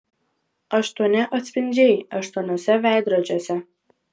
aštuoni atspindžiai aštuoniuose veidrodžiuose